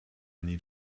need